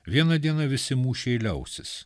vieną dieną visi mūšiai liausis